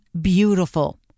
beautiful